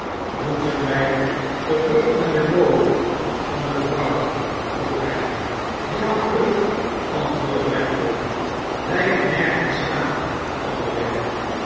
moeten wij terug naar de woning van de vrouw vroeg hij ja vlug antwoordde redlaw blijf nergens staan onderweg